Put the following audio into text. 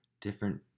different